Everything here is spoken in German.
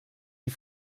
die